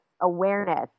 awareness